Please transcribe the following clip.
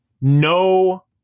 no